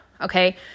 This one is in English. Okay